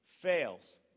fails